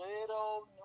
little